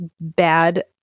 bad